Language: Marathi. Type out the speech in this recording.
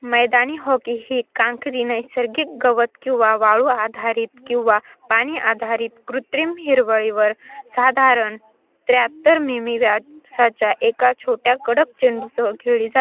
मैदानी हॉकी ही कांकरी नैसर्गिक गवत किंवा वाळू आधारित किंवा पाणी आधारित कृत्रिम हिरवळीवर साधारण त्र्याहत्तर मिमी व्यासाच्या एका छोट्या कडक चेंडूसह खेळली जात